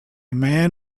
man